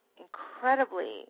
incredibly